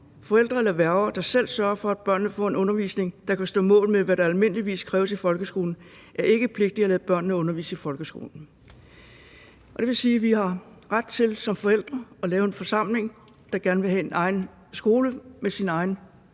Forældre eller værger, der selv sørger for, at børnene får en undervisning, der kan stå mål med, hvad der almindeligvis kræves i folkeskolen, er ikke pligtige at lade børnene undervise i folkeskolen.« Det vil sige, at vi som forældre har ret til at lave en forsamling, der gerne vil have sin egen skole med sin egen